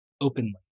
openly